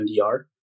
MDR